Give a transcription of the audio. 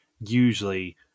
usually